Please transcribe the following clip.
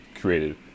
created